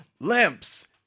lamps